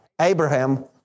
Abraham